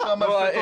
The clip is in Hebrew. יש שם תושבים